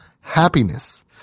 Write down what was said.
happiness